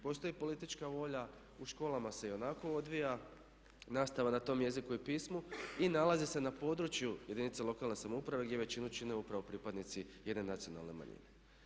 Postoji politička volja, u školama se i onako odvija nastava na tom jeziku i pismu i nalazi se na području jedinice lokalne samouprave gdje većinu čine upravo pripadnici jedne nacionalne manjine.